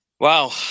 Wow